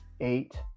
eight